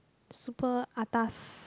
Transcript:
super atas